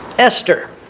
Esther